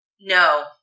no